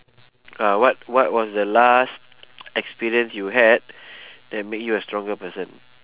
uh what what was the last experience you had that make you a stronger person